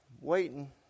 waiting